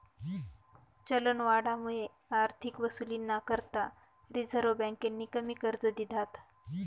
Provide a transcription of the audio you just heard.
चलनवाढमुये आर्थिक वसुलीना करता रिझर्व्ह बँकेनी कमी कर्ज दिधात